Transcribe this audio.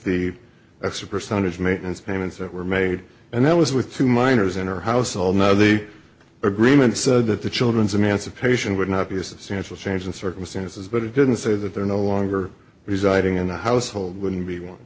the extra percentage of maintenance payments that were made and that was with two minors in her house all know the agreement said that the children's emancipation would not be a substantial change in circumstances but it didn't say that there no longer residing in the household would be one